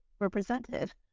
Represented